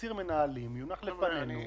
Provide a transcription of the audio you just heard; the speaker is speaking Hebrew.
בתקציר מנהלים שיונח לפנינו,